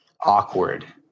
awkward